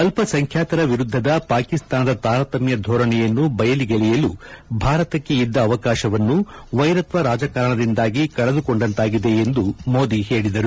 ಅಲ್ಲಸಂಖ್ಯಾತರ ವಿರುದ್ದದ ಪಾಕಿಸ್ತಾನದ ತಾರತಮ್ಯ ಧೋರಣೆಯನ್ನು ಬಯಲಿಗೆಳೆಯಲು ಭಾರತಕ್ಕೆ ಇದ್ದ ಅವಕಾಶವನ್ನು ವೈರತ್ವ ರಾಜಕಾರಣದಿಂದಾಗಿ ಕಳೆದುಕೊಂಡಂತಾಗಿದೆ ಎಂದು ಮೋದಿ ಹೇಳಿದರು